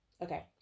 okay